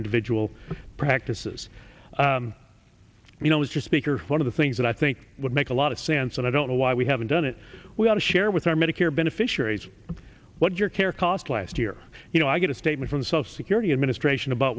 individual practices you know mr speaker one of the things that i think would make a lot of sense and i don't know why we haven't done it we ought to share with our medicare beneficiaries what your care cost last year you know i get a statement from self security administration about